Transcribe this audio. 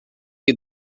que